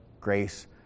grace